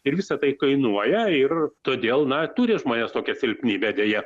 ir visa tai kainuoja ir todėl na turi žmonės tokią silpnybę deja